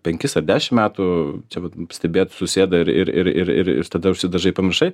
penkis ar dešim metų čia stebėt susėda ir ir ir ir ir ir tada užsidažai pamiršai